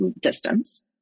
distance